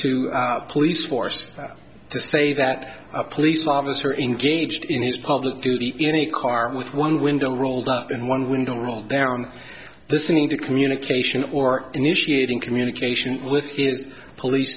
to the police force to say that a police officer engaged in his public duty any car with one window rolled up and one window rolled down the singing to communication or initiating communication with his police